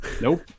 Nope